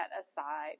aside